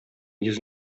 йөз